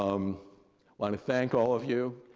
um want to thank all of you,